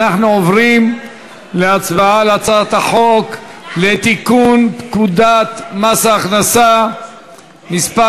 אנחנו עוברים להצבעה על הצעת החוק לתיקון פקודת מס ההכנסה (מס'